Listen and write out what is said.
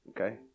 Okay